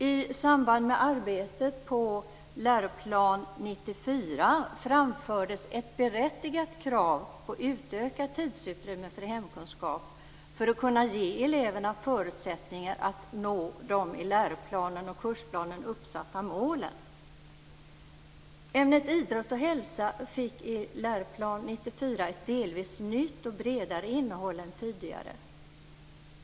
I samband med arbetet på Läroplan 94 framfördes ett berättigat krav på utökat tidsutrymme för hemkunskap för att kunna ge eleverna förutsättningar att nå de i läroplanen och kursplanen uppsatta målen. Ämnet idrott och hälsa fick i Läroplan 94 ett delvis nytt och bredare innehåll än tidigare.